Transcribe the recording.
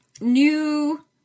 new